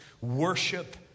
worship